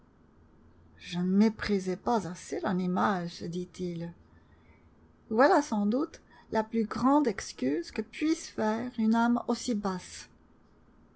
ne méprisais pas assez l'animal se dit-il voilà sans doute la plus grande excuse que puisse faire une âme aussi basse